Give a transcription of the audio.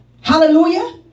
Hallelujah